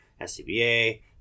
SCBA